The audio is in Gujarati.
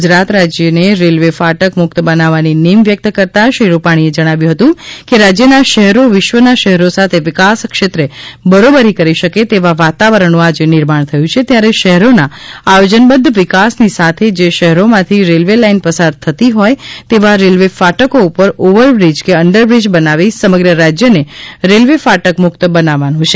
ગુજરાત રાજ્યને રેલવે ફાટક મુક્ત બનાવવાની નેમ વ્યક્ત કરતાં શ્રી રૂપાણીએ જણાવ્યું હતું કે રાજ્યના શહેરો વિશ્વના શહેરો સાથે વિકાસ ક્ષેત્રે બરોબરી કરી શકે તેવા વાતાવરણનું આજે નિર્માણ થયું છે ત્યારે શહેરોના આયોજનબદ્ધ વિકાસની સાથે જે શહેરોમાંથી રેલવે લાઇન પસાર થતી હોય તેવા રેલવે ફાટકો ઉપર ઓવરબ્રીજ કે અન્ડરબ્રીજ બનાવી સમગ્ર રાજ્યને રેલવે ફાટક મુક્ત બનાવવું છે